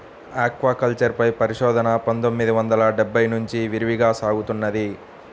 aquaculture పై పరిశోధన పందొమ్మిది వందల డెబ్బై నుంచి విరివిగా సాగుతున్నది